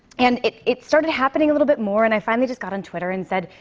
and it it started happening a little bit more, and i finally just got on twitter and said,